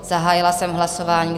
Zahájila jsem hlasování.